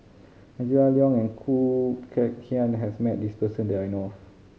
Angela Liong and Khoo Kay Hian has met this person that I know of